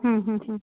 हम्म हम्म हम्म